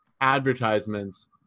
advertisements